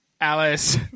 Alice